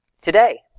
Today